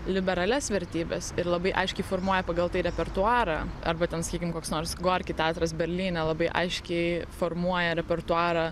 liberalias vertybes ir labai aiškiai formuoja pagal tai repertuarą arba ten sakykim koks nors gorki teatras berlyne labai aiškiai formuoja repertuarą